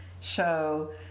show